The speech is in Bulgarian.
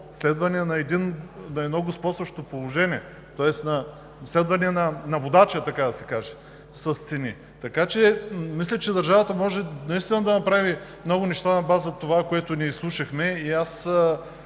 следване на едно господстващо положение, тоест следване на водача, така да се каже, с цени. Мисля, че държавата може наистина да направи много неща на база това, което ние изслушахме.